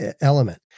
element